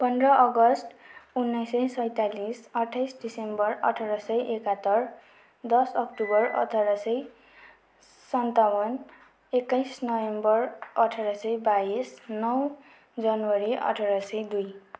पन्ध्र अगस्ट उन्नाइस सय सैँतालिस अठार डिसेम्बर अठार सय एकहत्तर दस अक्टोबर अठार सय सन्ताउन्न एक्काइस नोभेम्बर अठार सय बाइस नौ जनवरी अठार सय दुई